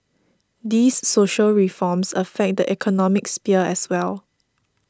these social reforms affect the economic sphere as well